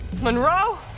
Monroe